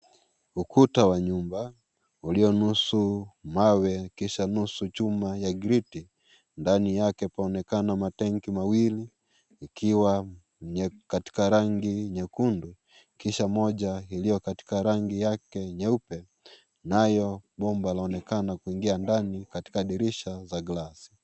Ukuta wa nyumba, ulionusu mawe kisha nusu chuma ya gripti. Ndani yake, paonekana matanki mawili ikiwa niya katika rangi nyekundu, kisha moja iliyo katika rangi yake nyeupe, nayo bomba laonekana kuingia ndani katika dirisha za glass .